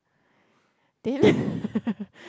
then